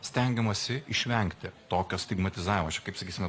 stengiamasi išvengti tokio stigmatizavimo čia kaip sakysime